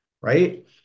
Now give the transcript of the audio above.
right